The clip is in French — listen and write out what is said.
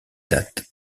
date